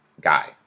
guy